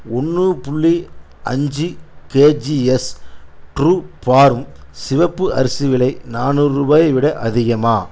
ஒன்று புள்ளி அஞ்சு கேஜிஎஸ் ட்ரூ பார்ம் சிவப்பு அரிசி விலை நானூறு ரூபாயை விட அதிகமா